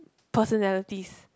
personalities